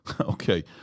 Okay